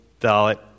Dalit